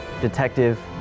Detective